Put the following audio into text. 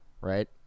right